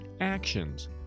actions